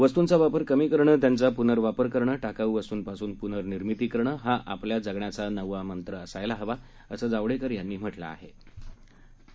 वस्तुंचा वापर कमी करणं त्यांचा पुनर्वापर करणं टाकाऊ वस्तुंपासून पुनःनिर्मिती करणं हा आपल्या जगण्याचा नवा मंत्र असायला हवा असं जावडेकर यांनी आपल्या ट्विटर संदेशात म्हटलं आहे